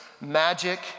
magic